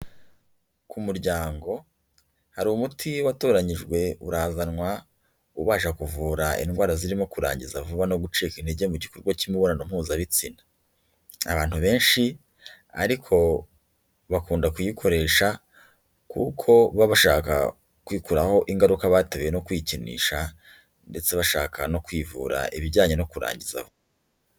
Ku muryango hari umuti watoranyijwe urazanwa, ubasha kuvura indwara zirimo kurangiza vuba no gucika intege mu gikorwa cy'imibonano mpuzabitsina, abantu benshi ariko bakunda kuyikoresha kuko baba bashaka kwikuraho ingaruka batewe no kwikinisha ndetse bashaka no kwivura ibijyanye no kurangiza ...